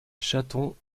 chaton